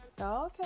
Okay